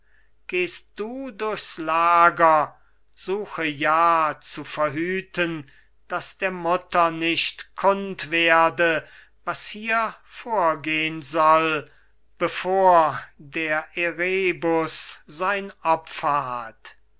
gehst du durchs lager suche ja zu verhüten daß der mutter nicht kund werde was hier vorgehn soll bevor der erebus sein opfer hat